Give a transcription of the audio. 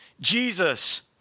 Jesus